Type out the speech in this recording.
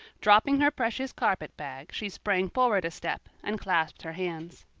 dropping her precious carpet-bag she sprang forward a step and clasped her hands.